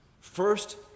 First